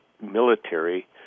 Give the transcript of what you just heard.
military